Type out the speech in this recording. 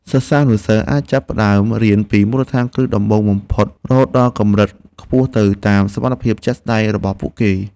សិស្សានុសិស្សអាចចាប់ផ្តើមរៀនពីមូលដ្ឋានគ្រឹះដំបូងបំផុតរហូតដល់កម្រិតខ្ពស់ទៅតាមសមត្ថភាពជាក់ស្តែងរបស់ពួកគេ។